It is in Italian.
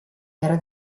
era